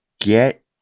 get